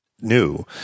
new